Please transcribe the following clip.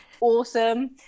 awesome